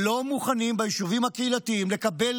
לא מוכנים ביישובים הקהילתיים לקבל